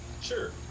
Sure